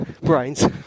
brains